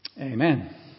Amen